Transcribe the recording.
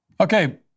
Okay